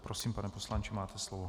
Prosím, pane poslanče, máte slovo.